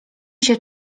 się